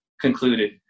concluded